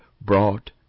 brought